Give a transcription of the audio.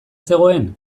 zegoen